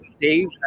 Dave